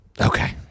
okay